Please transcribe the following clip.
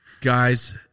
Guys